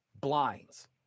blinds